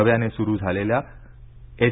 नव्याने सुरु झालेल्या एच